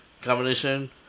Combination